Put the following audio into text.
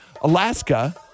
Alaska